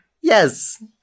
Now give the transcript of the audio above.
Yes